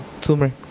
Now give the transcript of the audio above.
tumor